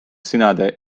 sõnade